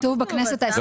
כתוב בכנסת ה-23.